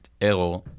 error